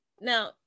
Now